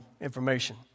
information